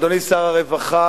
אדוני שר הרווחה,